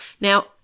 Now